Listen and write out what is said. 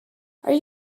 are